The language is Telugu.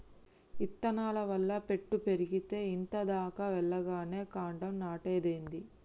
ఇత్తనాల వల్ల పెట్టు పెరిగేతే ఇంత దాకా వెల్లగానే కాండం నాటేదేంది